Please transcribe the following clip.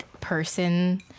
person